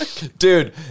Dude